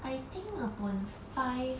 I think upon five